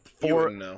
four